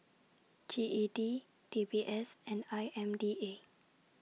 G E D D B S and I M D A